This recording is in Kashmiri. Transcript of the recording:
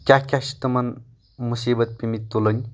کیٛاہ کیٛاہ چھِ تِمن مُصیٖبت پٮ۪مٕتۍ تُلٕنۍ